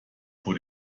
vor